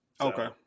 Okay